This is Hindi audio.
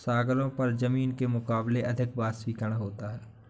सागरों पर जमीन के मुकाबले अधिक वाष्पीकरण होता है